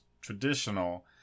traditional